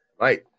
Right